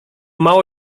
mało